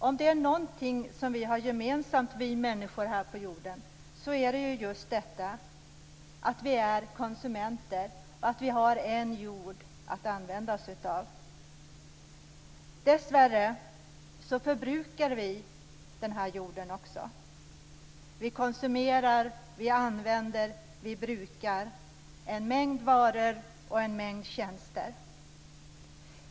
Om det är något som vi människor har gemensamt här på jorden, är det just att vi är konsumenter. Vi har en jord att använda oss av. Dessvärre förbrukar vi jorden. Vi konsumerar, vi använder, vi brukar en mängd varor och tjänster.